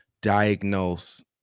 diagnose